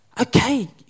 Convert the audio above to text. okay